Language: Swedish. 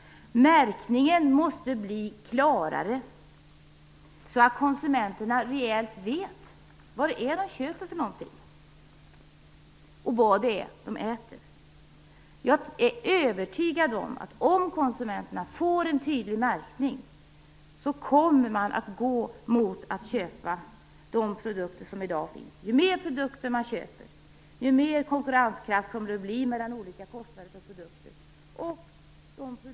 Märkningen måste bli klarare, så att konsumenterna vet vilken mat de köper och vad de äter. Jag är övertygad om att om konsumenterna får en tydlig märkning, kommer de att köpa alltmer av de kvalitetsprodukter som i dag finns. Ju fler sådana produkter som man köper, desto större konkurrenskraft kommer de att få kostnadsmässigt i förhållande till andra produkter.